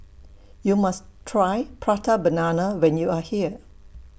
YOU must Try Prata Banana when YOU Are here